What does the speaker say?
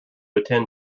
attend